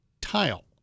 tile